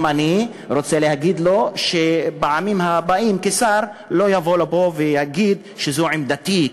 אני רוצה להגיד לו שבפעמים הבאות לא יבוא לפה כשר ויגיד: זו עמדתי.